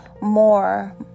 more